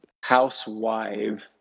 housewife